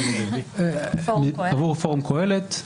עבור פורום קהלת.